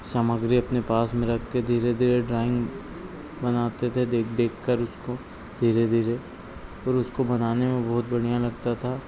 सामग्री अपने पास में रख के धीरे धीरे ड्राइंग बनाते थे देख देखकर उसको धीरे धीरे ओर उसको बनाने में बहुत बढ़िया लगता था